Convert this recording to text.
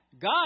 God